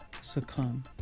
succumb